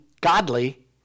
godly